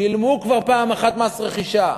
שילמו כבר פעם אחת מס רכישה,